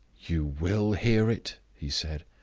you will hear it? he said.